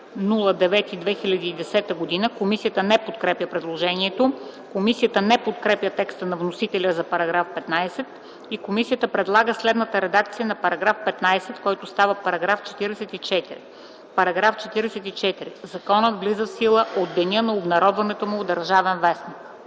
1.09.2010 г.” Комисията не подкрепя предложението. Комисията не подкрепя текста на вносителя за § 15. Комисията предлага следната редакция на § 15, който става § 44: „§ 44. Законът влиза в сила от деня на обнародването му в „Държавен вестник”.”